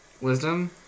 Wisdom